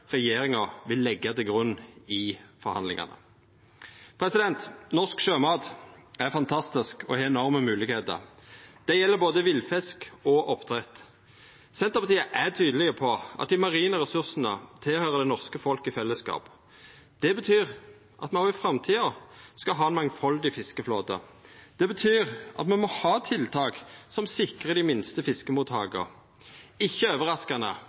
regjeringa vil leggja til grunn i forhandlingane. Norsk sjømat er fantastisk og har enorme moglegheiter. Det gjeld både villfisk og oppdrett. Senterpartiet er tydeleg på at dei marine ressursane tilhøyrer det norske folk i fellesskap. Det betyr at me òg i framtida skal ha ein mangfaldig fiskeflåte. Det betyr at me må ha tiltak som sikrar dei minste fiskemottaka. Ikkje overraskande